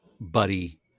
buddy